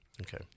Okay